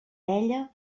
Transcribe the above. ella